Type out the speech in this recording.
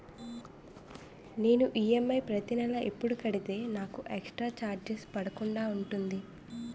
నేను ఈ.ఎమ్.ఐ ప్రతి నెల ఎపుడు కడితే నాకు ఎక్స్ స్త్ర చార్జెస్ పడకుండా ఉంటుంది?